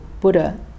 Buddha